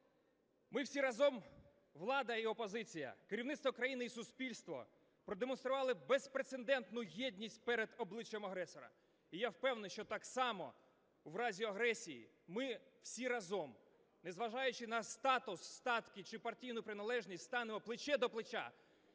Ми всі разом, влада і опозиція, керівництво країни і суспільство, продемонстрували безпрецедентну єдність перед обличчям агресора. І я впевнений, що так само в разі агресії ми всі разом, незважаючи на статус, статки чи партійну приналежність, станемо плече до плеча